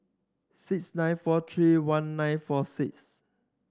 six nine four three one nine four six